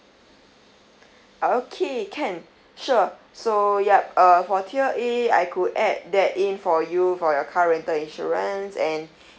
okay can sure so yup uh for tier A I could add that in for you for your car rental insurance and